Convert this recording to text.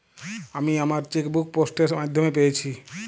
আমি আমার chequebook post এর মাধ্যমে পেয়েছি